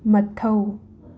ꯃꯊꯧ